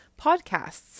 podcasts